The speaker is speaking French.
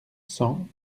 cent